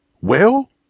Well